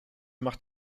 macht